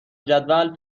جدول